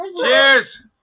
Cheers